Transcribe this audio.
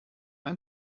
ein